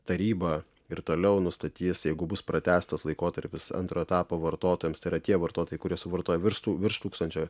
taryba ir toliau nustatys jeigu bus pratęstas laikotarpis antro etapo vartotojams tai yra tie vartotojai kurie suvartoja virš virš tūkstančio